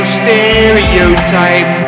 stereotype